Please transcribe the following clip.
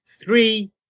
three